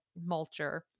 mulcher